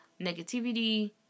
negativity